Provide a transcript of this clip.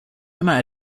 immer